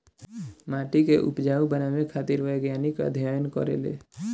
माटी के उपजाऊ बनावे खातिर वैज्ञानिक अध्ययन करेले